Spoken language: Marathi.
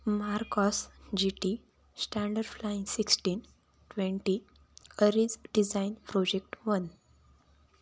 Marcos G T standard flying sixteen twenty Aries design project one